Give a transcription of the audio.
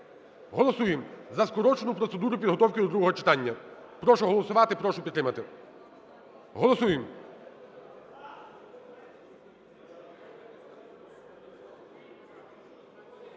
Голосуємо за скорочену процедуру підготовки до другого читання. Прошу голосувати, прошу підтримати, голосуємо.